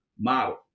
model